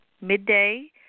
midday